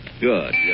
Good